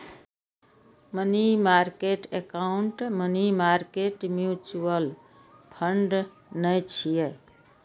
money market account money market mutual fund नै छियै